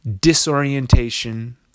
Disorientation